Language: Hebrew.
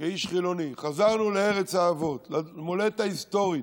כאיש חילוני, חזרנו לארץ האבות, למולדת ההיסטורית,